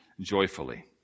joyfully